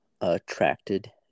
attracted